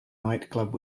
nightclub